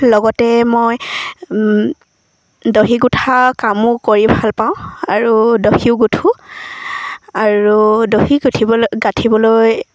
লগতে মই দহি গোঁঠা কামো কৰি ভাল পাওঁ আৰু দহিও গোঁঠো আৰু দহি গোঁঠিবলৈ গাঁঠিবলৈ